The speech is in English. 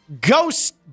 Ghost